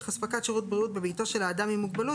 אספקת שירות בריאות בביתו של אדם עם מוגבלות,